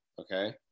okay